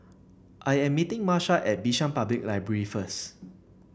I am meeting Marsha at Bishan Public Library first